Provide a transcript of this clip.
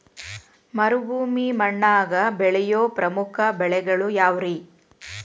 ಮರುಭೂಮಿ ಮಣ್ಣಾಗ ಬೆಳೆಯೋ ಪ್ರಮುಖ ಬೆಳೆಗಳು ಯಾವ್ರೇ?